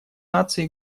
наций